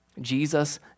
Jesus